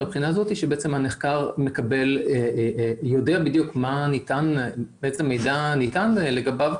כי הנחקר יודע בדיוק איזה מידע ניתן לגביו